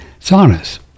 saunas